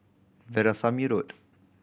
Veerasamy Road